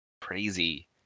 crazy